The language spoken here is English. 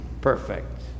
Perfect